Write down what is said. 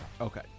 okay